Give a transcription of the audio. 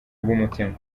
bw’umutima